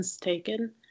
taken